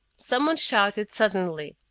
someone shouted suddenly,